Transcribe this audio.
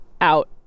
out